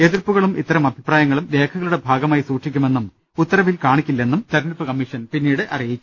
എതിർപ്പുകളും ഇത്തരം അഭിപ്രായങ്ങളും രേഖകളുടെ ഭാഗമായി സൂക്ഷിക്കുമെന്നും ഉത്തരവിൽ കാണി ക്കില്ലെന്നും തെരഞ്ഞെടുപ്പ് കമ്മീഷൻ പിന്നീട് അറിയിച്ചു